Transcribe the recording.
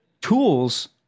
tools